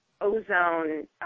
ozone